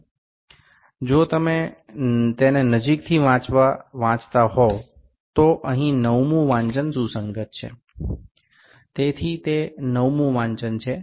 আপনি যদি এটি খুব কাছ থেকে দেখেন তবে দেখতে পাবেন যে কোন পাঠটি মিলে গেছে আপনি দেখতে পাবেন যে নবম পাঠটি মিলে যাচ্ছে